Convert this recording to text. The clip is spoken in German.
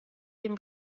den